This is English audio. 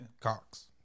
Cox